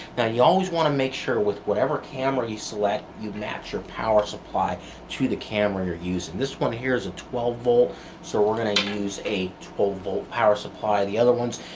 you always want to make sure with whatever camera you select you match your power supply to the camera you're using. this one here is a twelve volt so we're going to use a twelve volt power supply. the other ones,